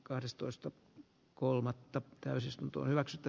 keskustelu jatkuu huomenna ed